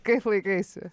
kaip laikaisi